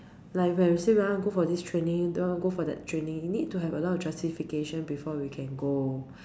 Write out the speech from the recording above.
like when we say we want to go for this training we want to go for that training need to have a lot of justification before we can go